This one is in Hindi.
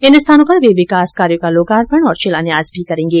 इन स्थानों पर वे विकास कार्यों का लोकार्पण और शिलान्यास करेंगे